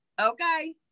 Okay